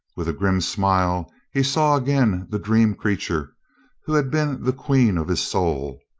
with a grim smile he saw again the dream creature who had been the queen of his soul,